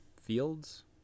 Fields